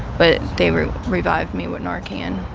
but they revived me with narcan